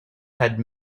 had